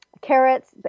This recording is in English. carrots